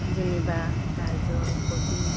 যেনিবা গাজৰ কবি